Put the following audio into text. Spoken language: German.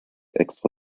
extra